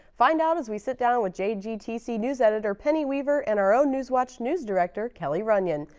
find out as we sit down with jgtc news editor penny weaver and our own newswatch news director, kelly runyon.